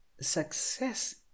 success